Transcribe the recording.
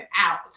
out